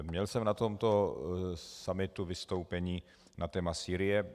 Měl jsem na tomto summitu vystoupení na téma Sýrie.